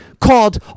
called